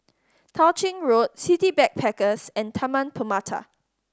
Tao Ching Road City Backpackers and Taman Permata